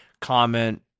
comment